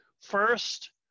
First